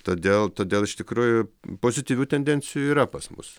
todėl todėl iš tikrųjų pozityvių tendencijų yra pas mus